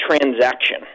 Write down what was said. transaction